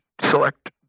select